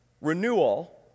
Renewal